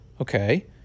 Okay